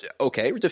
Okay